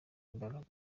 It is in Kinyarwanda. imbaraga